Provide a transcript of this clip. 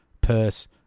purse